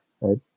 right